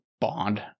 bond